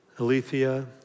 Alethea